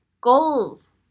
Goals